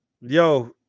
yo